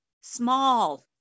small